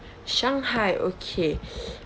shanghai okay